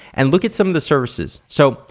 and look at some of the services. so,